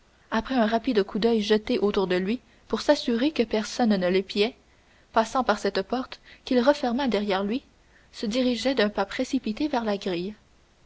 après un rapide coup d'oeil jeté autour de lui pour s'assurer que personne ne l'épiait passant par cette porte qu'il referma derrière lui se dirigeait d'un pas précipité vers la grille